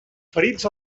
ferits